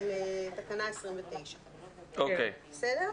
לתקנה 29. אוקיי, בסדר?